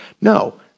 No